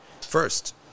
First